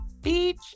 Beach